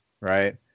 right